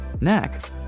neck